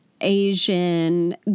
Asian